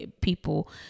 people